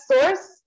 source